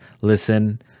listen